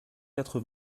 quatre